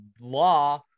law